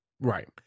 Right